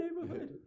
neighborhood